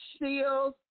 Shields